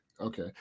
okay